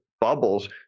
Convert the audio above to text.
bubbles